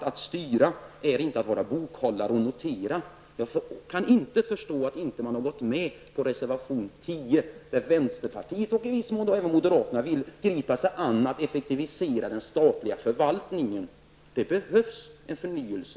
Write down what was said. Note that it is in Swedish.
Att styra är inte att vara bokhållare och notera. Jag kan inte förstå att utskottsmajoriteten inte ställt sig bakom reservation 10 när vänsterpartiet, och i viss mån även moderaterna, vill gripa sig an att effektivisera den statliga förvaltningen. Det behövs en förnyelse.